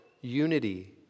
unity